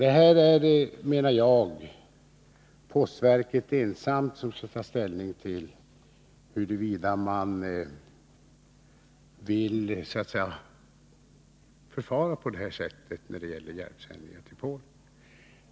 Det är, menar jag, postverket ensamt som skall ta ställning till huruvida man vill förfara på det här sättet när det gäller hjälpsändningar till Polen.